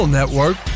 Network